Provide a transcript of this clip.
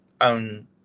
own